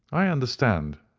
i understand,